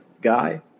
guy